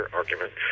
argument